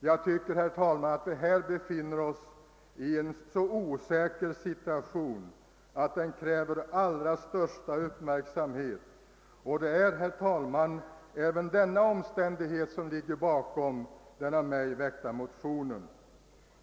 Vi befinner oss här i en så osäker situation, att den kräver allra största uppmärksamhet, och, herr talman, även denna omständighet ligger bakom den av mig väckta motionen.